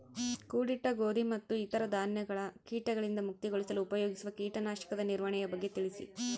ಕೂಡಿಟ್ಟ ಗೋಧಿ ಮತ್ತು ಇತರ ಧಾನ್ಯಗಳ ಕೇಟಗಳಿಂದ ಮುಕ್ತಿಗೊಳಿಸಲು ಉಪಯೋಗಿಸುವ ಕೇಟನಾಶಕದ ನಿರ್ವಹಣೆಯ ಬಗ್ಗೆ ತಿಳಿಸಿ?